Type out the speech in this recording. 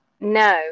No